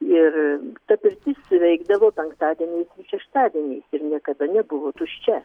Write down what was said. ir ta pirtis veikdavo penktadieniais ir šeštadieniais ir niekada nebuvo tuščia